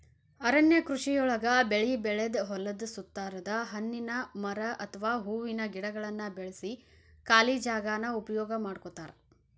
ಅರಣ್ಯ ಕೃಷಿಯೊಳಗ ಬೆಳಿ ಬೆಳದ ಹೊಲದ ಸುತ್ತಾರದ ಹಣ್ಣಿನ ಮರ ಅತ್ವಾ ಹೂವಿನ ಗಿಡಗಳನ್ನ ಬೆಳ್ಸಿ ಖಾಲಿ ಜಾಗಾನ ಉಪಯೋಗ ಮಾಡ್ಕೋತಾರ